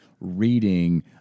reading